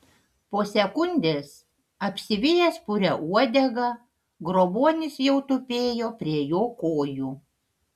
po sekundės apsivijęs puria uodega grobuonis jau tupėjo prie jo kojų